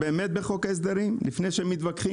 זה באמת בחוק ההסדרים לפני שמתווכחים פה?